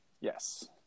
Yes